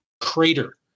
crater